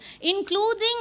including